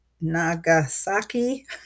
Nagasaki